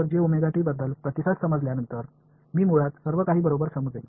கணினியின் பதிலை நான் புரிந்துகொண்டவுடன் எல்லாவற்றையும் சரியாக புரிந்துகொள்கிறேன்